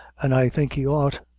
an' i think he ought.